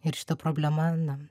ir šita problema na